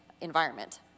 environment